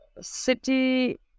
city